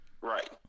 right